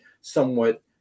somewhat